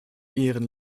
ihren